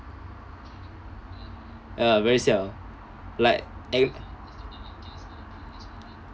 ya very siao like